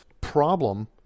problem